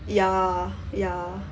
ya ya